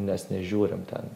nes nežiūrim ten